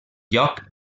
lloc